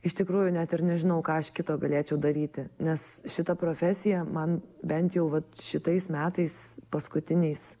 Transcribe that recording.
iš tikrųjų net ir nežinau ką aš kito galėčiau daryti nes šita profesija man bent jau vat šitais metais paskutiniais